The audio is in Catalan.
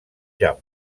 jaume